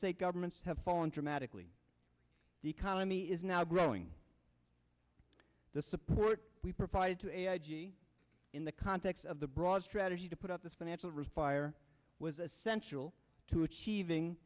state governments have fallen dramatically the economy is now growing the support we provided to a i g in the context of the broad strategy to put out this financial risk fire was essential to achieving